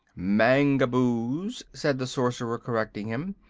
mangaboos, said the sorcerer, correcting him.